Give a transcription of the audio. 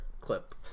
clip